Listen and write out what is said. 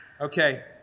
Okay